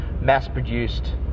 mass-produced